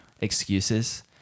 excuses